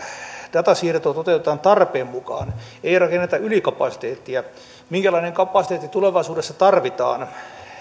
datasiirto toteutetaan tarpeen mukaan ei rakenneta ylikapasiteettia minkälainen kapasiteetti tulevaisuudessa tarvitaan